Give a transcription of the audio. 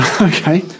Okay